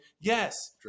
Yes